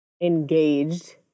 engaged